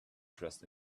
trust